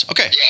Okay